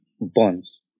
bonds